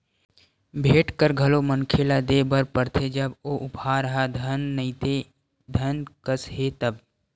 भेंट कर घलो मनखे ल देय बर परथे जब ओ उपहार ह धन नइते धन कस हे तब